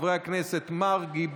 חברי הכנסת יעקב מרגי,